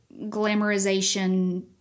glamorization